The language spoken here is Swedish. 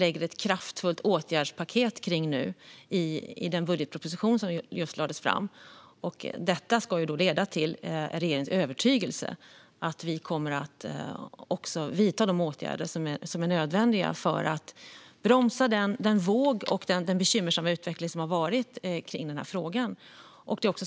lägger fram ett kraftfullt åtgärdspaket kring det i den budgetproposition som just lämnades. Det är regeringens övertygelse att detta kommer att leda till att vi vidtar de åtgärder som är nödvändiga för att bromsa vågen och den bekymmersamma utveckling som har skett i den här frågan.